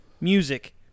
music